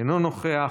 אינו נוכח,